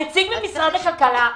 נציג משרד הכלכלה,